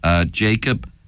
Jacob